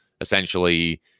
essentially